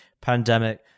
pandemic